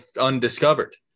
undiscovered